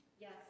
Yes